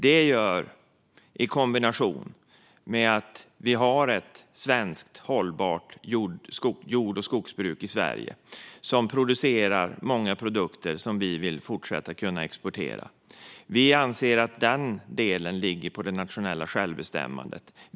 Detta i kombination med att vi har ett hållbart jord och skogsbruk i Sverige, som producerar många produkter som vi vill fortsätta kunna exportera, gör att vi anser att den delen ligger på det nationella självbestämmandet.